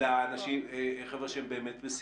אלא חבר'ה שהם באמת בסיכון?